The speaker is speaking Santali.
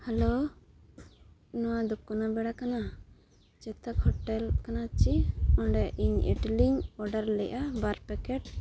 ᱦᱮᱞᱳ ᱱᱚᱣᱟᱫᱚ ᱠᱚᱱᱟᱵᱮᱲᱟ ᱠᱟᱱᱟ ᱪᱮᱛᱚᱠ ᱦᱳᱴᱮᱞ ᱠᱟᱱᱟ ᱥᱮ ᱚᱸᱰᱮ ᱤᱧ ᱮᱴᱞᱤᱧ ᱚᱰᱟᱨ ᱞᱮᱜᱼᱟ ᱵᱟᱨ ᱯᱮᱠᱮᱴ